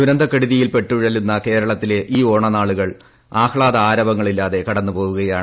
ദുരന്തക്കെടുതിയിൽ പെട്ടുഴലുന്ന കേരളത്തിലെ ഈ ഓണനാളുകൾ ആഹ്ളാദ ആരവങ്ങളില്ലാതെ കടന്നൂപോവുകയാണ്